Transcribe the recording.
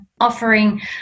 offering